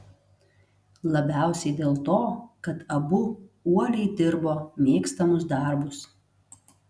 labiausiai dėl to kad abu uoliai dirbo mėgstamus darbus